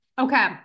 Okay